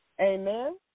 Amen